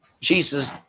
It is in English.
Jesus